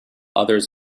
others